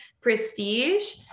prestige